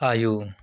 आयौ